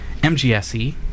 MGSE